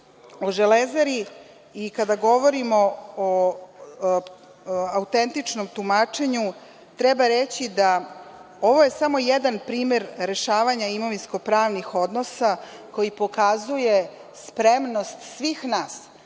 o „Železari“ i kada govorimo o autentičnom tumačenju, treba reći da je ovo samo jedan primer rešavanja imovinsko-pravnih odnosa koji pokazuje spremnost svih nas